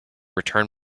return